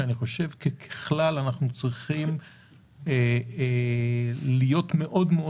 שאני חושב שככלל אנחנו צריכים להיות מאוד מאוד